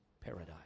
paradise